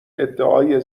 ادعای